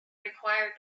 required